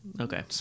okay